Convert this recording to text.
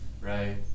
right